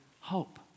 hope